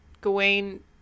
Gawain